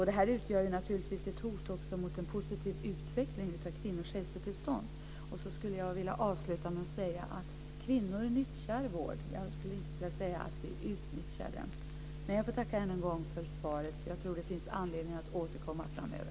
Detta utgör naturligtvis också ett hot mot en positiv utveckling av kvinnors hälsotillstånd. Jag vill avslutningsvis säga att kvinnor nyttjar vård. Jag vill dock inte säga att vi utnyttjar den. Jag tackar än en gång för svaret. Jag tror att det finns anledning att återkomma framöver.